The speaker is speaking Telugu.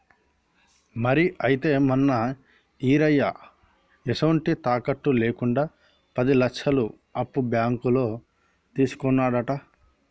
మరి అయితే మొన్న ఈరయ్య ఎసొంటి తాకట్టు లేకుండా పది లచ్చలు అప్పు బాంకులో తీసుకున్నాడట